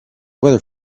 weather